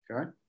Okay